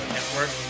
Network